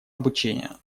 обучения